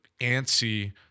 antsy